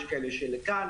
יש כאלה שלכאן,